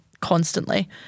constantly